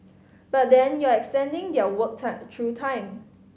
but then you're extending their work time through time